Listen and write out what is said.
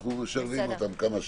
אנחנו משלבים אותם כמה שאפשר.